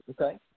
Okay